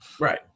Right